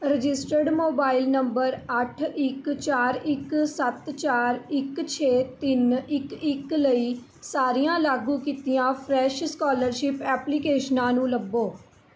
registered mobile number ਅੱਠ ਇੱਕ ਚਾਰ ਇੱਕ ਸੱਤ ਚਾਰ ਇੱਕ ਛੇ ਤਿੰਨ ਇੱਕ ਇੱਕ ਲਈ ਸਾਰੀਆਂ ਲਾਗੂ ਕੀਤੀਆਂ ਫਰੈਸ਼ ਸਕਾਲਰਸ਼ਿਪ ਐਪਲੀਕੇਸ਼ਨਾਂ ਨੂੰ ਲੱਭੋ